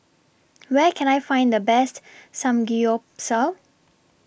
Where Can I Find The Best Samgyeopsal